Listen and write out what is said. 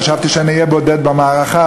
חשבתי שאני אהיה בודד במערכה.